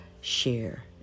share